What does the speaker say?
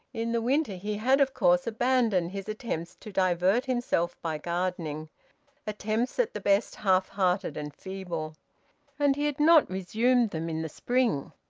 in the winter he had of course abandoned his attempts to divert himself by gardening attempts at the best half-hearted and feeble and he had not resumed them in the spring.